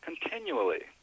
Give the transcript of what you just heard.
continually